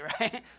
right